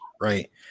right